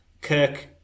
Kirk